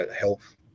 health